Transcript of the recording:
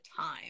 time